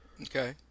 Okay